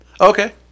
Okay